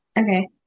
Okay